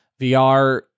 VR